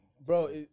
Bro